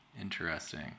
Interesting